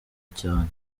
cyane